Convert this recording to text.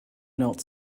note